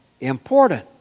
important